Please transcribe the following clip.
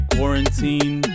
Quarantine